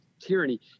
tyranny